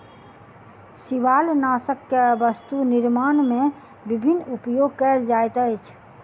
शिवालनाशक के वस्तु निर्माण में विभिन्न उपयोग कयल जाइत अछि